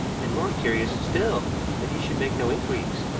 and more curious still that he should make no inquiries.